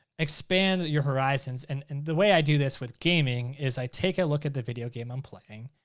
expand your horizons, and and the way i do this with gaming is i take a look at the video game i'm playing.